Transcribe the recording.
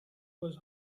was